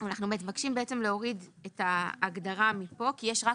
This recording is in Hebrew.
ואנחנו מבקשים להוריד את ההגדרה מפה כי יש רק